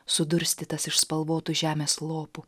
sudurstytas iš spalvotų žemės lopų